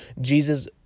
Jesus